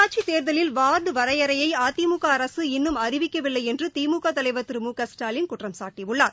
உள்ளாட்சி தேர்தலில் வார்டு வரையறையை அதிமுக அரசு இன்னும் அறிவிக்கவில்லை என்று திமுக தலைவர் திரு மு க ஸ்டாலின் குற்றம்சாட்டியுள்ளார்